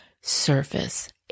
surface